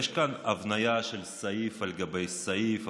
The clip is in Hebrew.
ויש כאן הבניה של סעיף על גבי סעיף,